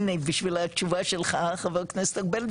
הנה בשביל התשובה שלך חבר כנסת ארבל,